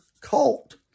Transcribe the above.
cult